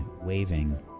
waving